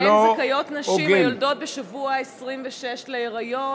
שלהן זכאיות נשים היולדות בשבוע ה-26 להיריון